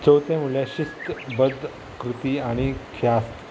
चवथें म्हणल्यार शिस्त बद्ब कृती आनी ख्यास्त